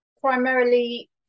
primarily